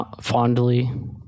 Fondly